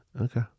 Okay